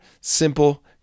simple